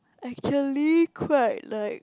actually quite like